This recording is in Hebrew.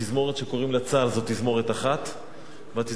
התזמורת שקוראים לה צה"ל זאת תזמורת אחת והתזמורת